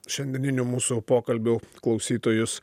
šiandieninių mūsų pokalbių klausytojus